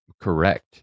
Correct